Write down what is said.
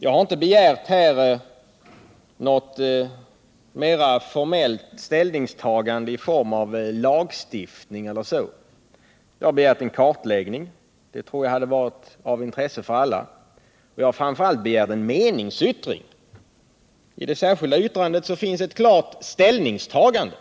Jag har inte här begärt något mera formellt ställningstagande i form av lagstiftning e. d. Jag har begärt en kartläggning. En sådan tror jag hade varit av intresse för alla. Och jag har framför allt begärt en meningsyttring. I det särskilda yttrandet finns ett klart ställningstagande.